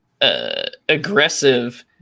aggressive